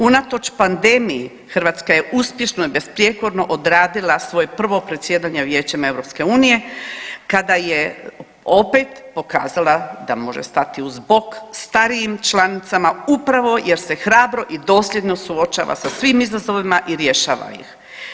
Unatoč pandemiji Hrvatska je uspješno i besprijekorno odradila svoje prvo predsjedanje Vijećem EU kada je opet pokazala da može stati uz bok starijim članicama upravo jer se hrabro i dosljedno suočava sa svim izazovima i rješava ih.